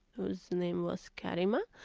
whose name was karima,